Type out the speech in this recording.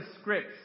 scripts